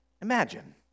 Imagine